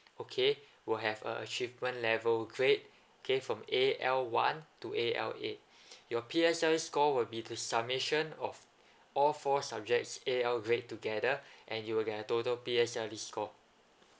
okay will have a achievement level grade okay from A_L one to A_L eight your P_S_L_E score will be the submission of all four subjects A_L grade together and you will get a total P_S_L_E score